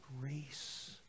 grace